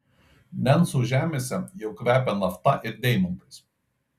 nencų žemėse jau kvepia nafta ir deimantais